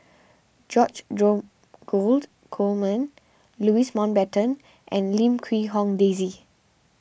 George Dromgold Coleman Louis Mountbatten and Lim Quee Hong Daisy